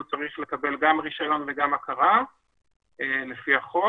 הוא צריך לקבל גם רישיון וגם הכרה לפי החוק,